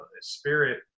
spirit